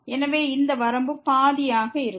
எனவே இந்த வரம்பு பாதியாக இருக்கும்